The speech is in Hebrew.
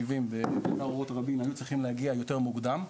שבעים ותחנת אורות רבין היו צריכים להגיע יותר מוקדם.